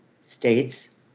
states